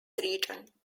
region